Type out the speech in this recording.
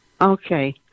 Okay